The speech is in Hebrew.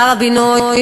שר הבינוי